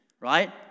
right